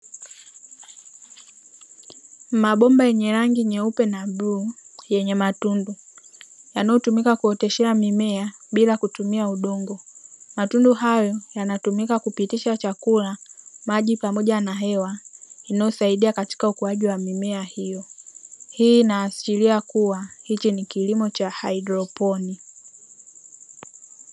Mabomba yenye rangi nyeupe na bluu yenye matundu yanayotumika kuoteshea mimea bila kutumia udongo, matundu hayo yanatumika kupitisha chakula, maji, pamoja na hewa inayosaidia katika ukuaji wa mimea hiyo, hii inaashiria kuwa hiki ni kilimo cha haidroponi.